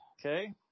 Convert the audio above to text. okay